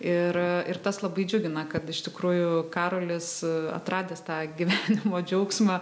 ir ir tas labai džiugina kad iš tikrųjų karolis atradęs tą gyvenimo džiaugsmą